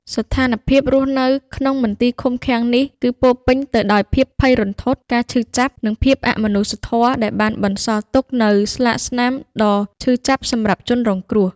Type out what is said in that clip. ស្ថានភាពរស់នៅក្នុងមន្ទីរឃុំឃាំងនេះគឺពោរពេញទៅដោយភាពភ័យរន្ធត់ ការឈឺចាប់ និងភាពអមនុស្សធម៌ ដែលបានបន្សល់ទុកនូវស្លាកស្នាមដ៏ឈឺចាប់សម្រាប់ជនរងគ្រោះ។